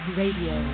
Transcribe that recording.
radio